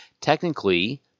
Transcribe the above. Technically